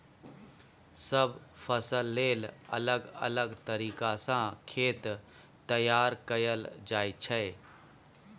सब फसल लेल अलग अलग तरीका सँ खेत तैयार कएल जाइ छै